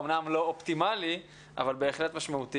אומנם הוא לא אופטימלי, אבל הוא בהחלט משמעותי.